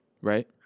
Right